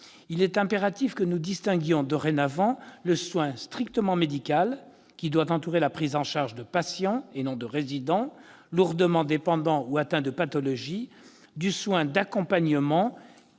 Il est impératif que nous distinguions dorénavant le soin strictement médical, qui doit entourer la prise en charge de patients- et non de résidents -lourdement dépendants ou atteints de pathologies, du soin d'accompagnement